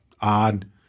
odd